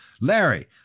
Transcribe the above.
Larry